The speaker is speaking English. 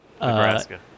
Nebraska